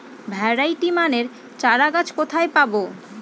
Variety মানের চারাগাছ কোথায় পাবো?